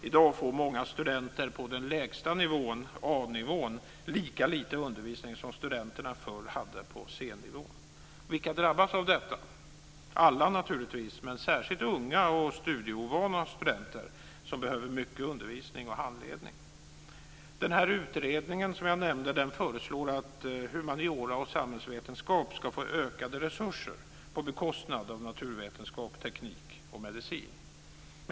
I dag får många studenter på den lägsta nivån, A-nivån, lika lite undervisning som studenterna förr hade på C Vilka drabbas av detta? Alla naturligtvis, men särskilt unga och studieovana studenter som behöver mycket undervisning och handledning. Den utredning som jag nämnde föreslår att humaniora och samhällsvetenskap ska få ökade resurser på bekostnad av naturvetenskap, teknik och medicin.